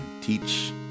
teach